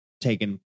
taken